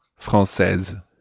française